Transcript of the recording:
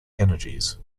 energies